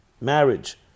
marriage